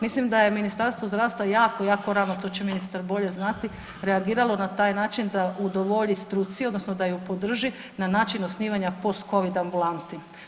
Mislim da je Ministarstvo zdravstva jako, jako rano to će ministar bolje znati reagiralo na taj način da udovolji struci, odnosno da je podrži na način osnivanja post covid ambulanti.